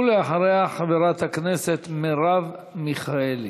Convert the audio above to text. ואחריה, חברת הכנסת מרב מיכאלי.